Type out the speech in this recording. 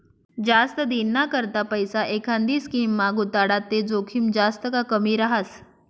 जास्त दिनना करता पैसा एखांदी स्कीममा गुताडात ते जोखीम जास्त का कमी रहास